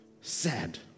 Sad